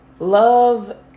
love